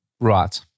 Right